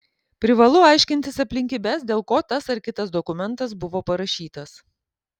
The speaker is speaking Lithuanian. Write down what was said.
privalu aiškintis aplinkybes dėl ko tas ar kitas dokumentas buvo parašytas